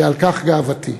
ועל כך גאוותי.